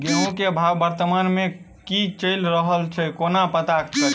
गेंहूँ केँ भाव वर्तमान मे की चैल रहल छै कोना पत्ता कड़ी?